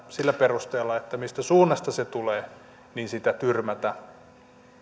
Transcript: sillä perusteella mistä suunnasta se tulee sitä tyrmätä